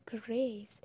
grace